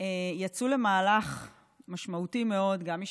יצאו למהלך משמעותי מאוד, גם משפטי,